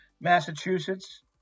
massachusetts